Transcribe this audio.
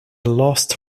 lost